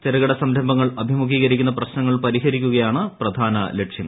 ചെറുകിട സംരംഭങ്ങൾ അഭിമുഖീകരിക്കുന്ന പ്രശ്നങ്ങൾ പരിഹരിക്കുകയാണ് പ്രധാന ലക്ഷ്യം